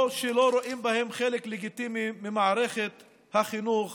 או שלא רואים אותם חלק לגיטימי ממערכת החינוך